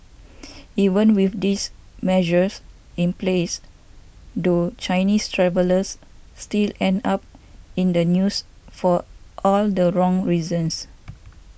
even with these measures in place though Chinese travellers still end up in the news for all the wrong reasons